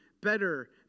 better